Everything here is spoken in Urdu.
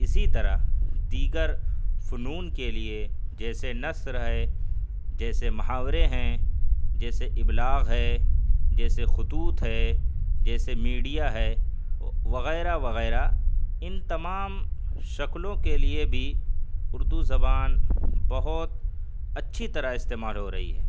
اسی طرح دیگر فنون کے لیے جیسے نثر ہے جیسے محاورے ہیں جیسے ابلاغ ہے جیسے خطوط ہے جیسے میڈیا ہے وغیرہ وغیرہ ان تمام شکلوں کے لیے بھی اردو زبان بہت اچھی طرح استعمال ہو رہی ہے